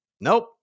Nope